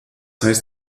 heißt